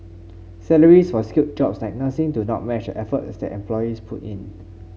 salaries for skilled jobs like nursing do not match the effort that employees put in